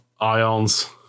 ions